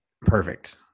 perfect